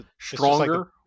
stronger